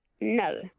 No